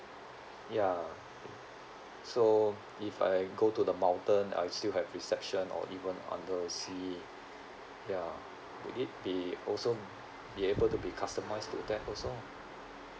ya so if I go to the mountain I still have reception or even under the sea ya would it be also be able to be customised to that also